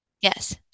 Yes